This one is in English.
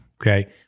okay